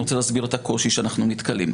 אני רוצה להסביר את הקושי שאנחנו נתקלים בו.